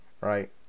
right